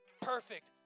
perfect